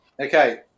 okay